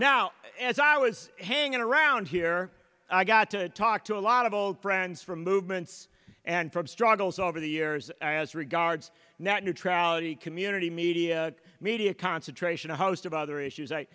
now as i was hanging around here i got to talk to a lot of old friends from movements and from struggles over the years as regards net neutrality community media media concentration a host of other issues